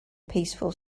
peaceful